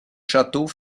château